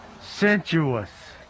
Sensuous